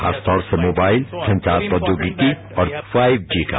खासतौर से मोबाइल संचार प्रौद्योगिकी और क्जी का